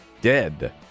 dead